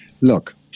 look